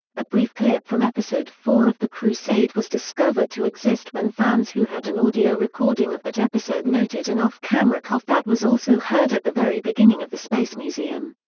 a brief clip from episode four of the crusade was discovered to exist when fans who had an audio recording of that episode noted an off-camera cough that was also heard at the very beginning of the space museum.